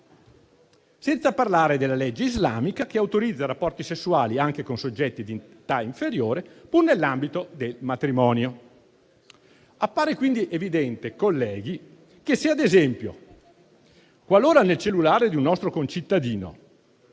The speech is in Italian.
senza parlare della legge islamica, che autorizza rapporti sessuali anche con soggetti di età inferiore, pur nell'ambito del matrimonio. Appare quindi evidente, colleghi, che, qualora nel cellulare di un nostro concittadino